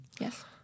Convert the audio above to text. Yes